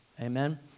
Amen